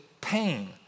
pain